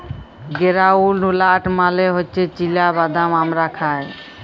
গেরাউলড লাট মালে হছে চিলা বাদাম আমরা খায়